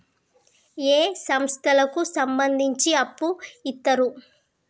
ఏ సంస్థలకు సంబంధించి అప్పు ఇత్తరు?